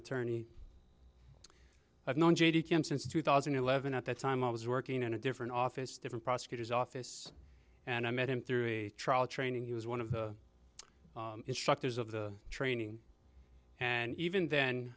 attorney i've known him since two thousand and eleven at that time i was working in a different office different prosecutor's office and i met him through a trial training he was one of the instructors of the training and even then